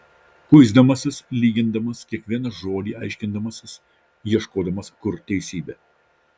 kuisdamasis lygindamas kiekvieną žodį aiškindamasis ieškodamas kur teisybė